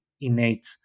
innate